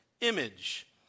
image